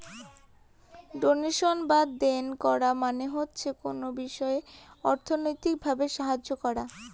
donation বা দেন করা মানে হচ্ছে কোনো বিষয়ে অর্থনৈতিক ভাবে সাহায্য করা